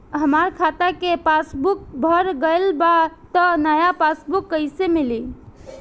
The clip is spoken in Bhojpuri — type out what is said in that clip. हमार खाता के पासबूक भर गएल बा त नया पासबूक कइसे मिली?